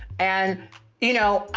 and you know,